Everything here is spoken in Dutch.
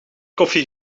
koffie